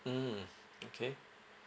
mm okay